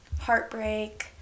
heartbreak